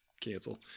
cancel